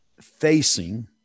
facing